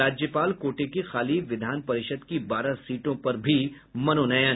राज्यपाल कोटे की खाली विधान परिषद की बारह सीटों पर भी मनोनयन